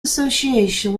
association